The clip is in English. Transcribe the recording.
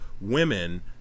women